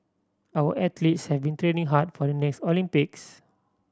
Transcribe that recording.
our athletes have been training hard for the next Olympics